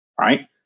Right